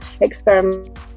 experiment